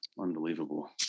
Unbelievable